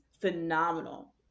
phenomenal